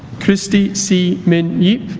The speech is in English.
kristie xee min yeap